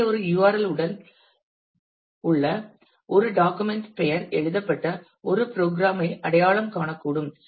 எனவே ஒரு URL இல் உள்ள ஒரு டாக்குமெண்ட் பெயர் எழுதப்பட்ட ஒரு ப்ரோக்ராம் ஐ அடையாளம் காணக்கூடும்